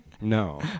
No